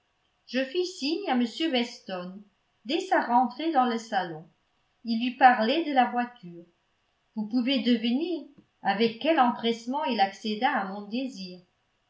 je fis signe à m weston dès sa rentrée dans le salon et lui parlai de la voiture vous pouvez deviner avec quel empressement il accéda à mon désir